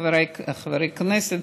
חבריי חברי הכנסת,